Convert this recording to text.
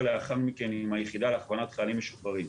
לאחר מכן עם היחידה להכוונת חיילים משוחררים.